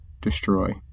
destroy